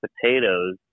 potatoes